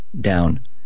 down